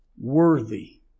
worthy